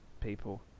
people